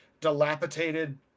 dilapidated